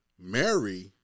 Mary